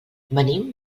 venim